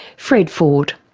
fred ford.